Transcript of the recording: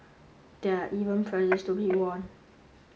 there are even prizes to be won